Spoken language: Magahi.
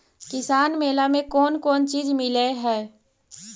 किसान मेला मे कोन कोन चिज मिलै है?